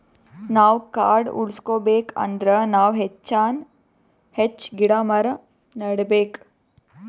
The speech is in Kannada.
ನಾವ್ ಕಾಡ್ ಉಳ್ಸ್ಕೊಬೇಕ್ ಅಂದ್ರ ನಾವ್ ಹೆಚ್ಚಾನ್ ಹೆಚ್ಚ್ ಗಿಡ ಮರ ನೆಡಬೇಕ್